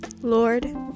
lord